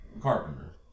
Carpenter